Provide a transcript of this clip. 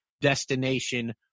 destination